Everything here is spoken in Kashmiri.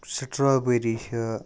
سٹرابٔری چھِ